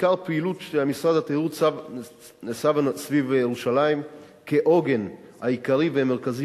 עיקר הפעילות של משרד התיירות נסבה סביב ירושלים כעוגן עיקרי ומרכזי